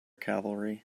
cavalry